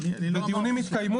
הדיונים התקיימו,